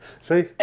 See